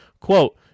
Quote